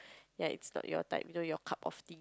ya it's not your type you know your cup of tea